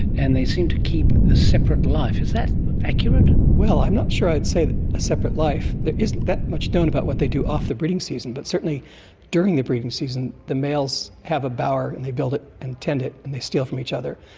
and they seem to keep a separate life. it is that accurate? well, i'm not sure i'd say a separate life. there isn't that much known about what they do off the breeding season, but certainly during the breeding season the males have a bower and they build it and tend it and they steal from each other,